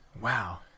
Wow